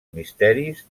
misteris